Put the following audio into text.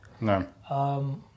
No